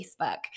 Facebook